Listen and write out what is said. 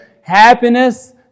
Happiness